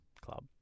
club